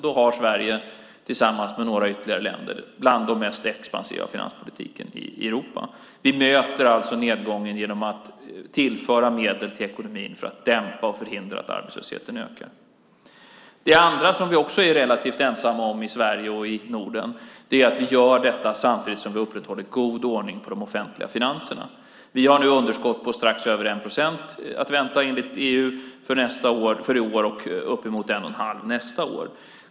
Då har Sverige, tillsammans med några ytterligare länder, en finanspolitik som är bland de mest expansiva i Europa. Vi möter alltså nedgången genom att tillföra medel till ekonomin för att dämpa arbetslösheten och förhindra att den ökar. Det andra som vi också är relativt ensamma om i Sverige och i Norden är att vi gör detta samtidigt som vi upprätthåller god ordning på de offentliga finanserna. Vi har nu underskott på strax över 1 procent att vänta enligt EU för i år och uppemot 1 1⁄2 procent nästa år.